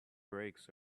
brakes